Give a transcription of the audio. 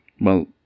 Well